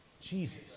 Jesus